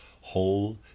whole